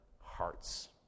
hearts